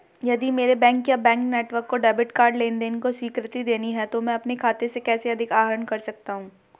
यदि मेरे बैंक या बैंक नेटवर्क को डेबिट कार्ड लेनदेन को स्वीकृति देनी है तो मैं अपने खाते से कैसे अधिक आहरण कर सकता हूँ?